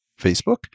Facebook